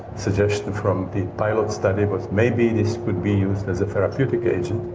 suggestion from the pilot study was maybe this could be used as a therapeutic agent.